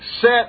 set